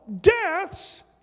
deaths